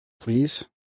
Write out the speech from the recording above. please